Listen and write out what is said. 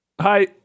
Hi